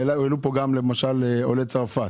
למשל כמה עולי צרפת